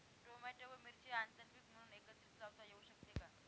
Tomato व मिरची आंतरपीक म्हणून एकत्रित लावता येऊ शकते का?